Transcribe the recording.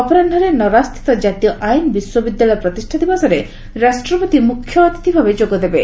ଅପରାହୁରେ ନରାଜସ୍ଷିତ ଜାତୀୟ ଆଇନ ବିଶ୍ୱବିଦ୍ୟାଳୟ ପ୍ରତିଷା ଦିବସରେ ରାଷ୍ଟ୍ରପତି ମୁଖ୍ୟ ଅତିଥ ଭାବେ ଯୋଗଦେବେ